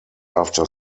after